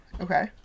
Okay